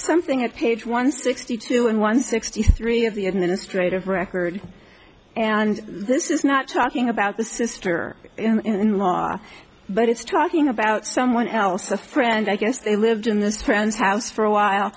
something at page one sixty two and one sixty three of the administrative record and this is not talking about the sister in law but it's talking about someone else a friend i guess they lived in this friend's house for a while